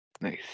Nice